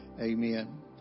amen